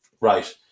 Right